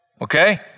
okay